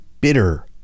bitter